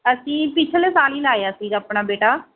ਅਸੀਂ ਪਿਛਲੇ ਸਾਲ ਹੀ ਲਾਇਆ ਸੀ ਆਪਣਾ ਬੇਟਾ